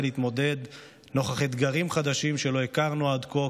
להתמודד עם אתגרים חדשים שלא הכרנו עד כה,